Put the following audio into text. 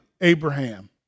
Abraham